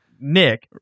Nick